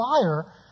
fire